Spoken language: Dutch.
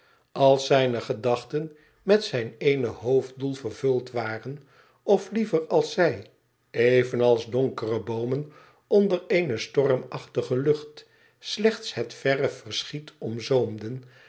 als zijne gedachten met zijn eene hoofddoel vervuld waren of liever als zij evenals donkere boomen onder eene stormachtige lucht slechts het verre verschiet